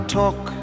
talk